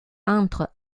entre